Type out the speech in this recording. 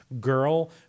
girl